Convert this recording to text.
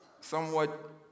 somewhat